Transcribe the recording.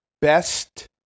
best